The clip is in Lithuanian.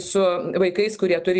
su vaikais kurie turi